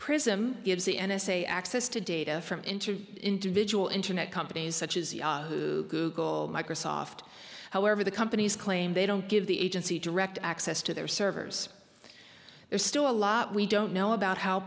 prism gives the n s a access to data from internet individual internet companies such as yahoo google microsoft however the companies claim they don't give the agency direct access to their servers there's still a lot we don't know about how